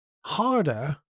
harder